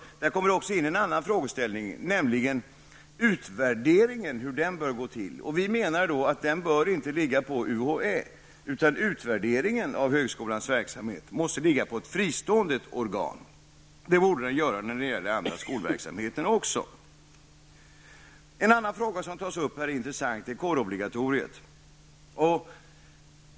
Men det kommer också in en annan frågeställning, nämligen hur utvärderingen bör gå till. Vi menar då att den inte bör ligga på UHÄ, utan utvärderingen av högskolans verksamhet måste ligga på ett fristående organ. Det borde den göra när det gäller den andra skolverksamheten också. En annan fråga som tas upp och som är intressant är kårobligatoriet.